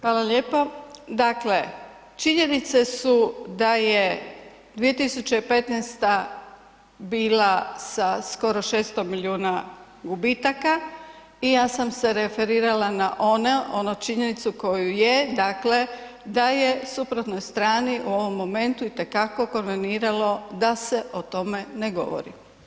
Hvala lijepo, dakle činjenicu su da je 2015. bila sa skoro 600 milijuna gubitaka i ja sam se referirala na onu činjenicu koju je, dakle da je suprotnoj strani u ovom momentu itekako konveniralo da se o tome ne govori.